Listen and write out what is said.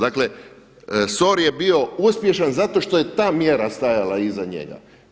Dakle SOR je bio uspješan zato što je ta mjera stajala iza njega.